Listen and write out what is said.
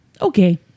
Okay